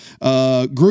group